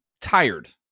tired